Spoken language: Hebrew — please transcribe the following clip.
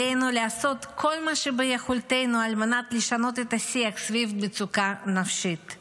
עלינו לעשות כל מה שביכולתנו על מנת לשנות את השיח סביב מצוקה נפשית,